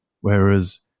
whereas